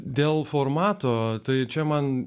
dėl formato tai čia man